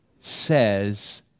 says